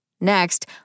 Next